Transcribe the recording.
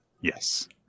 yes